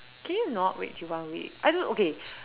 can you not wait till one week I don't know okay